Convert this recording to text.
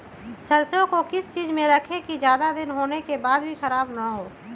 सरसो को किस चीज में रखे की ज्यादा दिन होने के बाद भी ख़राब ना हो?